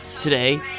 Today